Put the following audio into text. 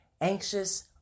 anxious